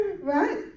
Right